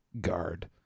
Guard